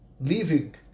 leaving